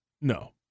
No